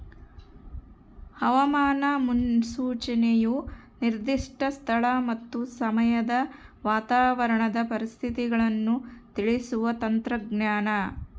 ಹವಾಮಾನ ಮುನ್ಸೂಚನೆಯು ನಿರ್ದಿಷ್ಟ ಸ್ಥಳ ಮತ್ತು ಸಮಯದ ವಾತಾವರಣದ ಪರಿಸ್ಥಿತಿಗಳನ್ನು ತಿಳಿಸುವ ತಂತ್ರಜ್ಞಾನ